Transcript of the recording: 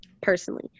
personally